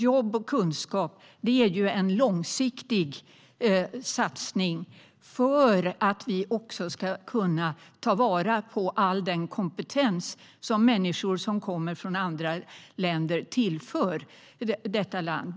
Jobb och kunskap är en långsiktig satsning för att vi också ska kunna ta vara på all den kompetens som människor som kommer från andra länder tillför vårt land.